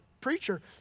preacher